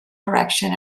correction